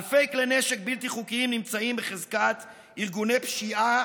אלפי כלי נשק בלתי חוקיים נמצאים בחזקת ארגוני פשיעה,